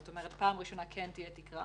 זאת אומרת, פעם ראשונה תהיה תקרה